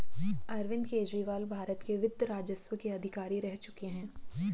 अरविंद केजरीवाल भारत के वित्त राजस्व के अधिकारी रह चुके हैं